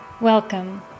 Welcome